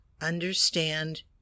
understand